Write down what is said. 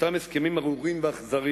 אותם הסכמים ארורים ואכזרים